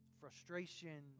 frustration